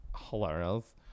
hilarious